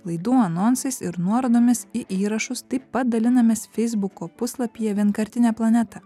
laidų anonsais ir nuorodomis į įrašus taip pat dalinamės feisbuko puslapyje vienkartinė planeta